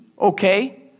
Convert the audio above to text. okay